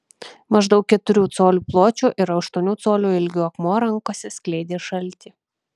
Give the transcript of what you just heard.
maždaug keturių colių pločio ir aštuonių colių ilgio akmuo rankose skleidė šaltį